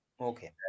Okay